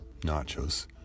nachos